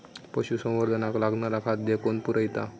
पशुसंवर्धनाक लागणारा खादय कोण पुरयता?